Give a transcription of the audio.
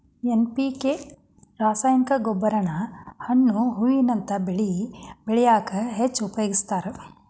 NPK ರಾಸಾಯನಿಕ ಗೊಬ್ಬರಾನ ಹಣ್ಣು ಹೂವಿನಂತ ಬೆಳಿ ಬೆಳ್ಯಾಕ ಹೆಚ್ಚ್ ಉಪಯೋಗಸ್ತಾರ